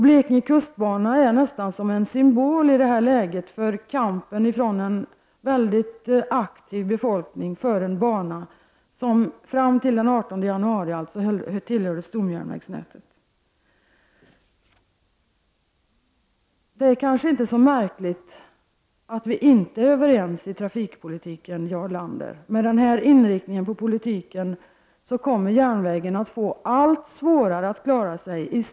Blekinge kustbana är närmast en symbol i det här läget för kampen av en väldigt aktiv befolkning för en bana som fram till den 18 januari tillhörde stomjärnvägsnätet. Det är kanske inte så märkligt att vi inte är överens om trafikpolitiken, Jarl Lander. Med den här inriktningen på politiken kommer järnvägen att få allt svårare att klara sig.